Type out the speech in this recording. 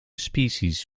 species